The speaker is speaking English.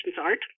art